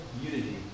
unity